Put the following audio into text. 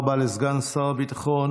תודה רבה לסגן שר הביטחון.